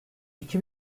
iki